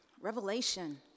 Revelation